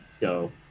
go